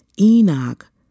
Enoch